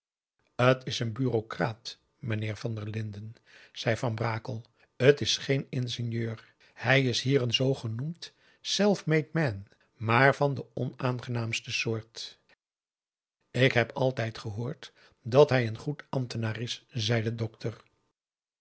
t is een bureaucraat meneer van der linden zei van brakel t is geen ingenieur hij is hier een zoogenoemd s e l f m a d e m a n maar van de onaangenaamste soort ik heb altijd gehoord dat hij een goed ambtenaar is zei de dokter